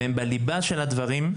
ושהם בליבה של הדברים,